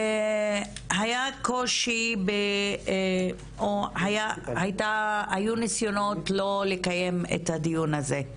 היה קושי או היו ניסיונות לא לקיים את הדיון הזה,